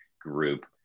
group